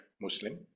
Muslim